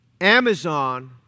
Amazon